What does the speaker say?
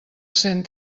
cent